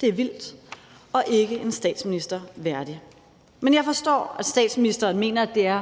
Det er vildt og ikke en statsminister værdigt. Men jeg forstår, at statsministeren mener, at det er